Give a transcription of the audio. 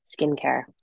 skincare